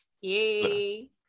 Yay